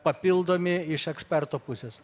papildomi iš eksperto pusės